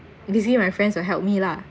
usually my friends will help me lah